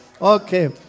Okay